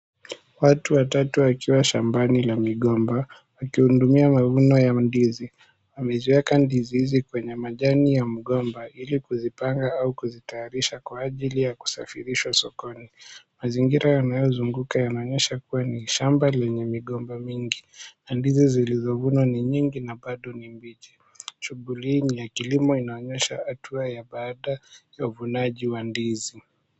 Watu watatu wakiwa shambani la migomba, wakihudumia mavuno ya ndizi. Wameziweka ndizi hizi kwenye majani ya mgomba ili kuzipanga au kuzitayarisha kwa ajili ya kusafirishwa sokoni. Mazingira yanayozunguka yanaonyesha kuwa ni shamba lenye migomba mingi na ndizi zilizovunwa ni nyingi na bado ni mbichi. Shughuli hii ya kilimo inaonyesha hatua ya baada ya uvunaji wa ndizi.